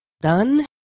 done